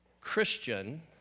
Christian